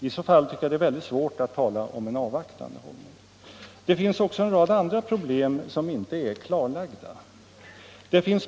I så fall tycker jag att det är svårt att tala om en avvaktande hållning. Det finns också en rad andra problem som inte är klarlagda.